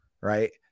right